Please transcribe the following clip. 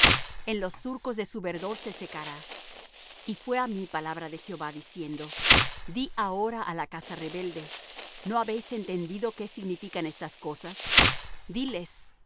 en los surcos de su verdor se secará y fué á mí palabra de jehová diciendo di ahora á la casa rebelde no habéis entendido qué significan estas cosas diles